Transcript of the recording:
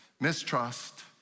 Mistrust